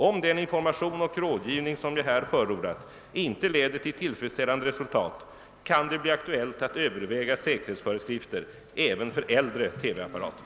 Om den information och rådgivning som jag här förordat inte leder till tillfredsställande resultat kan det bli aktuellt att överväga säkerhetsföreskrifter även för äldre TV apparater.